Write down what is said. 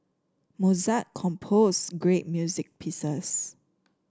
Mozart composed great music pieces